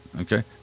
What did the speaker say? Okay